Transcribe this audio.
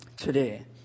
today